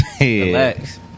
Relax